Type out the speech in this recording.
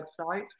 website